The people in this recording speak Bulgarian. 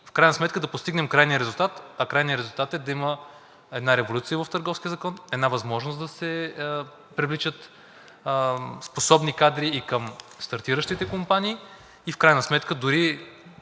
В крайна сметка да постигнем крайния резултат. А крайният резултат е да има една революция в Търговския закон – възможност да се привличат способни кадри и към стартиращите компании. Дори може да